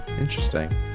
interesting